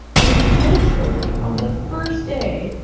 and literally, on the first day,